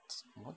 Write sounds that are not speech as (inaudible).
(noise)